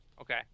Okay